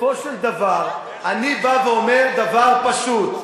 בסופו של דבר אני אומר דבר פשוט,